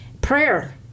prayer